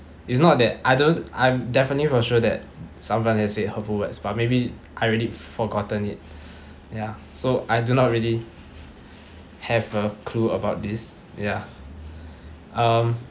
it's not that I don't I'm definitely for sure that someone has said hurtful words but maybe I already forgotten it ya so I do not really have a clue about this ya um